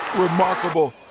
remarkable,